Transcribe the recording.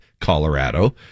Colorado